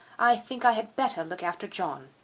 i think i had better look after john.